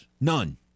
none